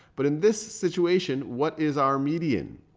but in this situation, what is our median?